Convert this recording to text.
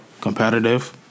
competitive